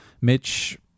Mitch